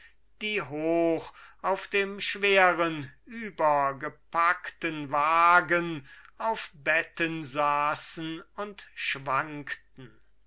die hoch auf dem schweren übergepackten wagen auf betten saßen und schwankten